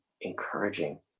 encouraging